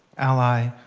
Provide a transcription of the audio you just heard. ally,